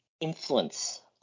influence